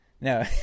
No